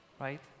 right